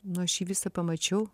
nu aš jį visą pamačiau